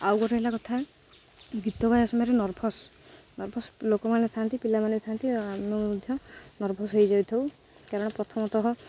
ଆଉ ଗୋଟ ହେଲା କଥା ଗୀତ ଗାଇବା ସମୟରେ ନର୍ଭସ୍ ନର୍ଭସ୍ ଲୋକମାନେ ଥାନ୍ତି ପିଲାମାନେ ଥାନ୍ତି ଆମେ ମଧ୍ୟ ନର୍ଭସ୍ ହେଇଯାଇଥାଉ କାରଣ ପ୍ରଥମତଃ